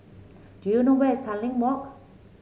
do you know where is Tanglin Walk